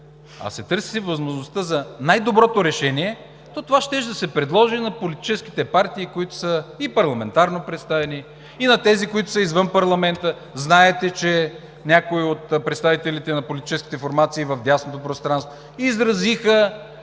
а се търсеше възможността за най-доброто решение, то това щеше да се предложи на политическите партии, които са и парламентарно представени, и на тези, които са извън парламента. Знаете, че някои от представителите на политическите формации в дясното пространство изразиха